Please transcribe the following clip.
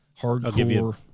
hardcore